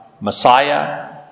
Messiah